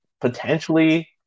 potentially